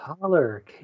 Color